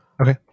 Okay